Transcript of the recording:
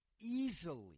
easily